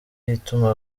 ituma